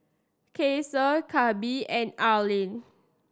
Ceasar Gabe and Arleen